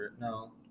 No